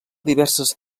diverses